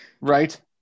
Right